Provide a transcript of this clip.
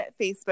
Facebook